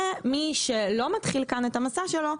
ומי שלא מתחיל כאן את המסע שלו,